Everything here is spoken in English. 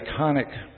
iconic